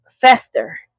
fester